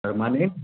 permanent है